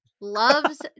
loves